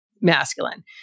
masculine